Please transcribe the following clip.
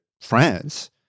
France